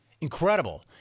Incredible